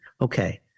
Okay